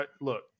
look